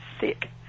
sick